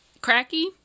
cracky